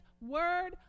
word